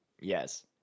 Yes